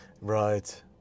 Right